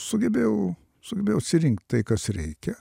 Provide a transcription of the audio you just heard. sugebėjau sugebėjau atsirinkt tai kas reikia